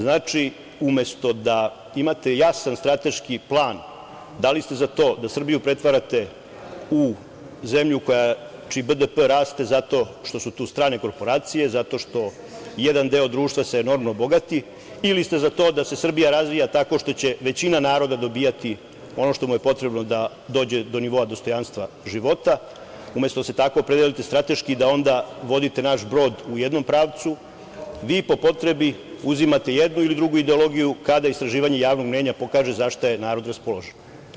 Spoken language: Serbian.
Znači, umesto da imate jasan strateški plan da li ste za to da Srbiju pretvarate u zemlju čiji BDP raste zato što su tu strane korporacije, zato što se jedan deo društva enormno bogati, ili ste za to da se Srbija razvija tako što će većina naroda dobijati ono što mu je potrebno da dođe do nivoa dostojanstva života, umesto da se tako opredelite strateški da onda vodite naš brod u jednom pravcu, vi po potrebi uzimati jednu ili drugu ideologiju kada istraživanje javnog mnjenja pokaže za šta je narod raspoložen.